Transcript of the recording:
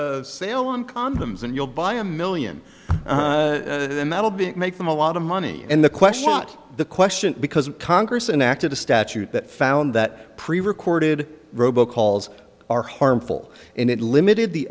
a sale on condoms and you'll buy a million then that'll be make them a lot of money and the question not the question because congress an act of a statute that found that prerecorded robo calls are harmful and it limited the